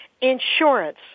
insurance